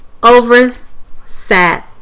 Oversat